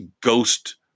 ghost